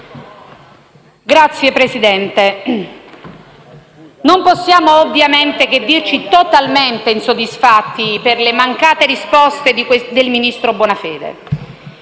Signor Presidente, non possiamo ovviamente che dirci totalmente insoddisfatti per le mancate risposte del ministro Bonafede,